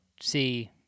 see